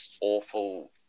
awful